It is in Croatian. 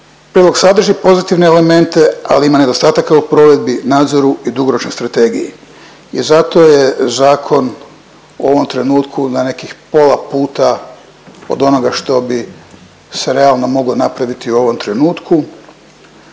Prijedlog sadrži pozitivne elemente, ali ima nedostataka u provedbi, nadzoru i dugoročnoj strategiji i zato je zakon u ovom trenutku na nekih pola puta od onoga što bi se realno moglo napraviti u ovom trenutku